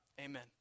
Amen